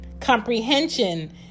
Comprehension